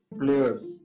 players